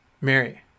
Mary